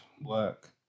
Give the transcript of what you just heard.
work